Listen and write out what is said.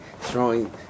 Throwing